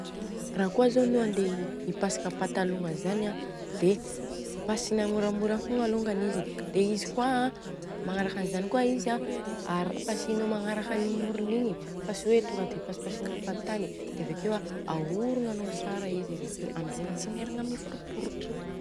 Raha kôa zô anô handeha ipasoka patalogna zani an dia pasina moramora fogna alôngany izy, dia izy kôa an magnaraka an'izany kôa izy an pasinô magnaraka an morony igny fa tsy hoe tonga dia pasipasina fahatany dia avekeo a aorogna anô tsara izy avekeo amzegny tsy mierigna miforopototra.